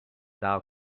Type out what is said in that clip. thou